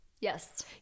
Yes